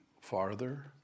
farther